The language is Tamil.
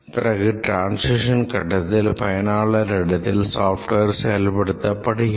பிறகு டிரான்சிஷன் கட்டத்தில் பயனாளர் இடத்தில் software செயல்படுத்தப்படுகிறது